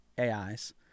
AIs